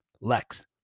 Lex